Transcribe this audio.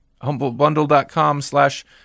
humblebundle.com/slash